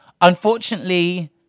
Unfortunately